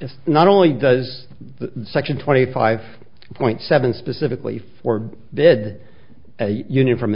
if not only does the section twenty five point seven specifically for dead union from